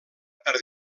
per